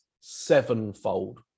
sevenfold